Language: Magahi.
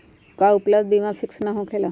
का उपलब्ध बीमा फिक्स न होकेला?